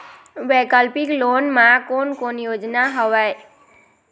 वैकल्पिक लोन मा कोन कोन योजना हवए?